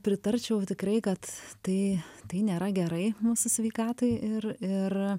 pritarčiau tikrai kad tai tai nėra gerai mūsų sveikatai ir ir